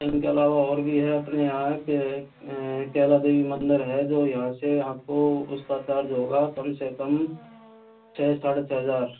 इनके अलावा और भी है अपने यहाँ के केला देवी मंदिर है जो यहाँ से आपको उसका चार्ज होगा कम से कम छः साढे़ छः हजार